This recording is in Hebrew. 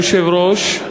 אדוני היושב-ראש,